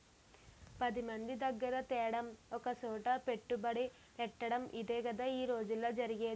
పదిమంది దగ్గిర తేడం ఒకసోట పెట్టుబడెట్టటడం ఇదేగదా ఈ రోజుల్లో జరిగేది